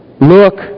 Look